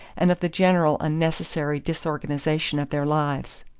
and of the general unnecessary disorganization of their lives.